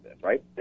right